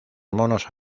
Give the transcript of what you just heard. monos